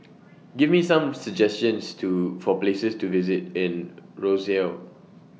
Give Me Some suggestions For Places to visit in Roseau